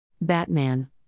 Batman